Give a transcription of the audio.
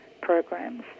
programs